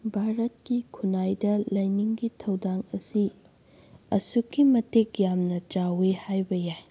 ꯚꯥꯔꯠꯀꯤ ꯈꯨꯟꯅꯥꯏꯗ ꯂꯥꯏꯅꯤꯡꯒꯤ ꯊꯧꯗꯥꯡ ꯑꯁꯤ ꯑꯁꯨꯛꯀꯤ ꯃꯇꯤꯛ ꯌꯥꯝꯅ ꯆꯥꯎꯋꯤ ꯍꯥꯏꯕ ꯌꯥꯏ